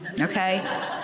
okay